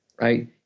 right